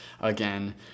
again